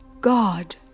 God